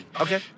Okay